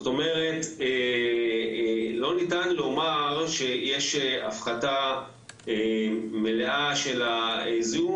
לא ניתן לומר שיש הפחתה מלאה של הזיהום